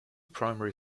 primary